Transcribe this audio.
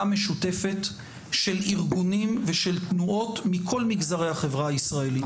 משותפת של ארגונים ושל תנועות מכל מגזרי החברה הישראלית.